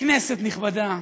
כנסת נכבדה,